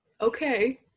Okay